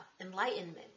enlightenment